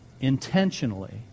intentionally